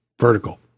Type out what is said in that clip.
vertical